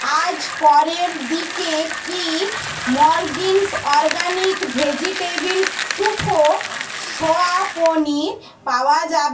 আজ পরের দিকে কি মারগিন্স organic vegetable tofu soya paneer পাওয়া যাবে